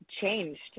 changed